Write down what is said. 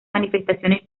manifestaciones